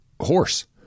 Horse